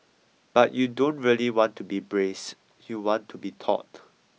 but you don't really want to be braced you want to be taut